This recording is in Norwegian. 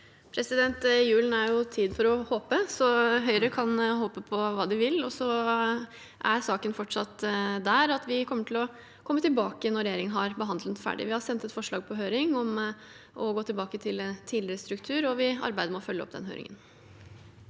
Julen er jo tiden for å håpe, så Høyre kan håpe på hva de vil, men saken er fortsatt der at vi kommer til å komme tilbake når re gjeringen har ferdigbehandlet den. Vi har sendt et forslag om å gå tilbake til tidligere struktur på høring, og vi arbeider med å følge opp den høringen.